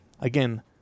again